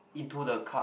into the cup